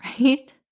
Right